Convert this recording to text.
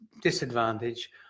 disadvantage